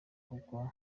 kuko